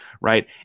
right